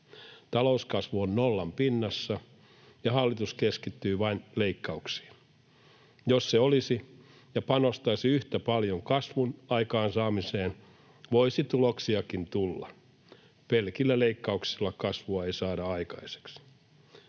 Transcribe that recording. Talouskasvu on nollan pinnassa, ja hallitus keskittyy vain leikkauksiin. Jos se panostaisi yhtä paljon kasvun aikaansaamiseen, voisi tuloksiakin tulla. Pelkillä leikkauksilla kasvua ei saada aikaiseksi.